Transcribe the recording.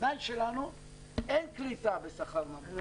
התנאי שלנו אין קליטה בשכר ---,